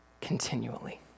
continually